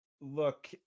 Look